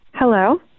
Hello